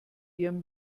ihrem